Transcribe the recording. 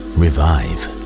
revive